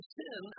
sin